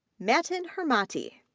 matin hormati,